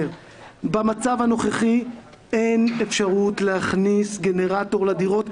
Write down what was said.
במצב הנוכחי אין אפשרות להכניס גנרטור לדירות.